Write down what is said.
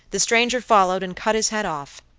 the stranger followed and cut his head off,